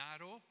narrow